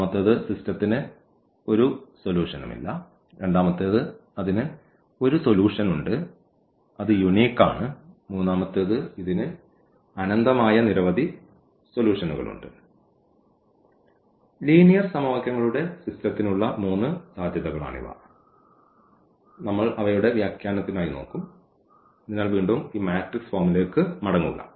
ഒന്നാമത്തേത് സിസ്റ്റത്തിന് ഒരു സൊല്യൂഷനുമില്ല രണ്ടാമത്തേത് അതിന് ഒരു സൊല്യൂഷനുണ്ട് അത് unique ആണ് മൂന്നാമത്തേത് ഇതിന് അനന്തമായ നിരവധി പരിഹാരങ്ങളുണ്ട് ലീനിയർ സമവാക്യങ്ങളുടെ സിസ്റ്റത്തിനുള്ള മൂന്ന് സാധ്യതകളാണിവ നമ്മൾ അവയുടെ വ്യാഖ്യാനത്തിനായി നോക്കും അതിനാൽ വീണ്ടും ഈ മാട്രിക്സ് ഫോമിലേക്ക് മടങ്ങുക